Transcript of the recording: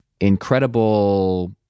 incredible